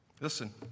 Listen